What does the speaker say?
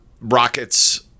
Rockets